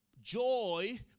joy